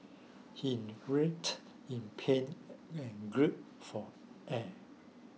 he writhed in pain and group for air